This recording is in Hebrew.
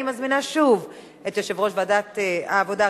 אני מזמינה שוב את יושב-ראש ועדת העבודה,